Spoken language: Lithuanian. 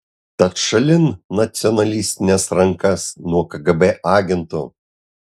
tad šalin nacionalistines rankas nuo kgb agentų